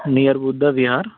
near Buddhavihar